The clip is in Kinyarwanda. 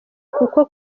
kuko